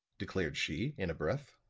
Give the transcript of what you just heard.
declared she, in a breath.